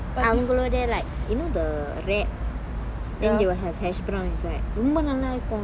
அவங்களோட:avangaloda like you know the bread then they will have hashbrown inside ரொம்ப நல்லா இருக்கும்:romba nalla irukkum mah